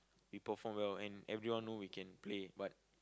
we perform well and everyone know we can play but